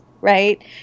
Right